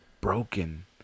broken